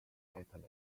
italy